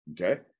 Okay